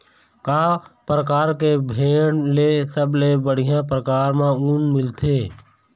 का परकार के भेड़ ले सबले बढ़िया परकार म ऊन मिलथे?